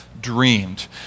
dreamed